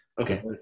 Okay